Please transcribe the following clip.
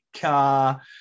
car